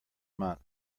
month